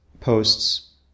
posts